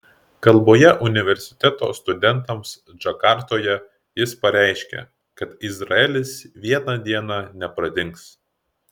kalboje universiteto studentams džakartoje jis pareiškė kad izraelis vieną dieną nepradings